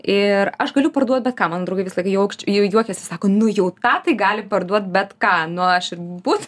ir aš galiu parduot bet ką mano draugai visą laiką jauč juokiasi sako nu jau ta tai gali parduot bet ką nu aš ir butą